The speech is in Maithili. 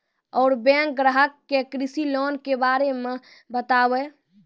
और बैंक ग्राहक के कृषि लोन के बारे मे बातेबे?